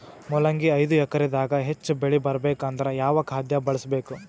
ಮೊಲಂಗಿ ಐದು ಎಕರೆ ದಾಗ ಹೆಚ್ಚ ಬೆಳಿ ಬರಬೇಕು ಅಂದರ ಯಾವ ಖಾದ್ಯ ಬಳಸಬೇಕು?